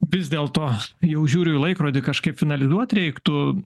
vis dėlto jau žiūriu į laikrodį kažkaip finalizuot reiktų